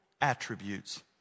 attributes